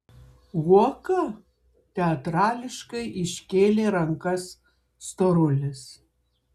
uoka teatrališkai iškėlė rankas storulis